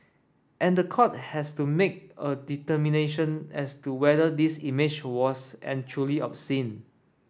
and the court has to make a determination as to whether this image was and truly obscene